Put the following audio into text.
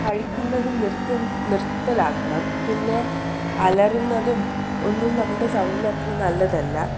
കഴിക്കുന്നത് നിർത്ത് നിർത്തലാക്കണം പിന്നെ അലറുന്നതും ഒന്നും നമ്മുടെ സൗണ്ടിന് അത്ര നല്ലതല്ല